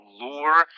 lure